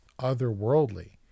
otherworldly